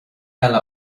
eile